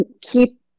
keep